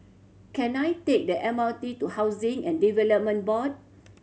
can I take the M R T to Housing and Development Board